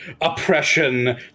oppression